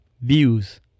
views